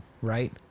right